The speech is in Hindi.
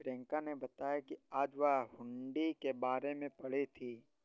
प्रियंका ने बताया कि आज वह हुंडी के बारे में पढ़ी थी